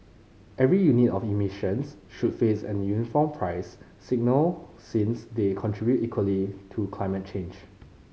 every unit of emissions should face a uniform price signal since they contribute equally to climate change